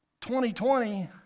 2020